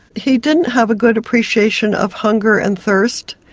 he didn't have a good appreciation of hunger and thirst.